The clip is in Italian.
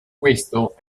questo